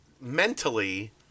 mentally